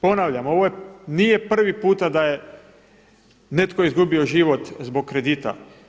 Ponavljam, ovo nije prvi puta da je netko izgubio život zbog kredita.